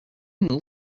movie